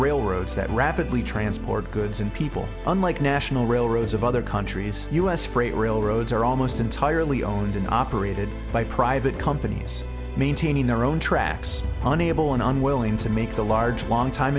railroads that rapidly transport goods and people unlike national railroads of other countries u s freight railroads are almost entirely owned and operated by private companies maintaining their own tracks unable and unwilling to make the large long time